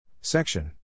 Section